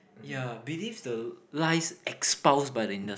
ya believes the lies exposed by the industry